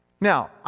Now